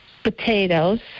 potatoes